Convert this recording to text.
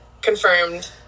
confirmed